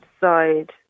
side